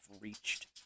reached